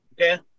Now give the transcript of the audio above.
okay